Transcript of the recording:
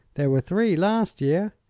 there were three last year,